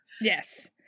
yes